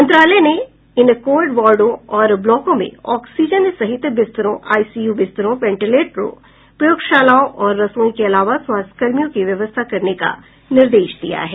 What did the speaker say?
मंत्रालय ने इन कोविड वार्डो और ब्लॉकों में ऑक्सीजन सहित बिस्तरों आईसीयू बिस्तरों वेंटीलेटरों प्रयोगशालाओं और रसोई के अलावा स्वास्थ्यकर्मियों की व्यवस्था करने का निर्देश दिया है